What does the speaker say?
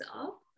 up